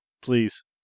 Please